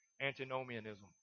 antinomianism